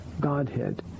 Godhead